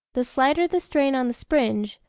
the slighter the strain on the springe,